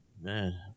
man